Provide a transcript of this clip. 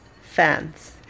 fans